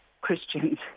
Christians